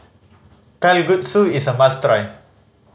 kalguksu is a must try